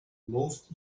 most